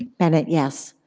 bennett, yes.